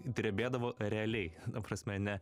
drebėdavo realiai ta prasme ne